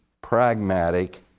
pragmatic